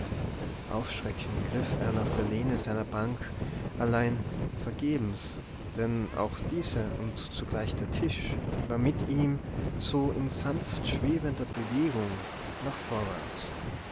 aufschreckend griff er nach der lehne seiner bank allein vergebens denn auch diese und zugleich der tisch war mit ihm so in sanft schwebender bewegung nach vorwärts